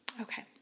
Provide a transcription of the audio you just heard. Okay